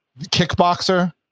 Kickboxer